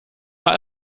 war